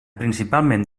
principalment